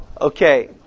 Okay